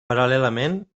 paral·lelament